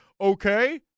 okay